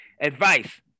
advice